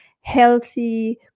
healthy